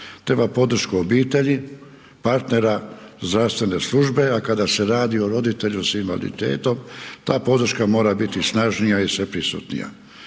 treba podršku obitelji, partnera, zdravstvene službe, a kada se radi o roditelju s invaliditetom, ta podrška mora biti snažnija i sve prisutnija.